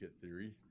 theory